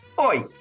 Oi